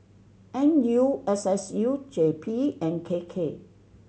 N U S S U J P and K K